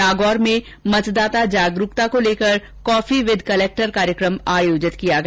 नागौर में मतदाता जागरूकता को लेकर काफी विद कलेक्टर कार्यक्रम आयोजित किया गया